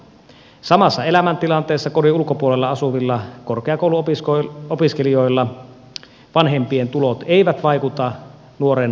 samassa elämäntilanteessa kodin ulkopuolella asuvilla korkeakouluopiskelijoilla vanhempien tulot eivät vaikuta nuoren opintotukeen